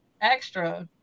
extra